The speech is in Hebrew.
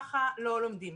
ככה לא לומדים.